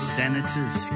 senators